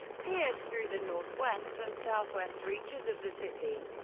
pierce through the northwest and southwest reaches of the city.